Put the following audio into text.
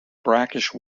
brackish